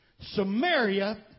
Samaria